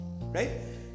right